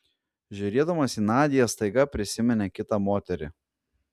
žiūrėdamas į nadią staiga prisiminė kitą moterį